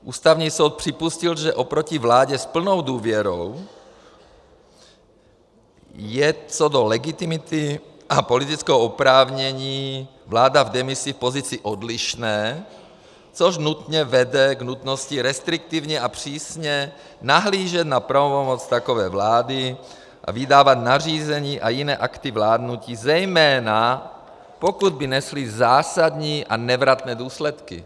Ústavní soud připustil, že oproti vládě s plnou důvěrou je co do legitimity a politického oprávnění vláda v demisi v pozici odlišné, což nutně vede k nutnosti restriktivně a přísně nahlížet na pravomoc takové vlády a vydávat nařízení a jiné akty vládnutí, zejména pokud by nesly zásadní a nevratné důsledky.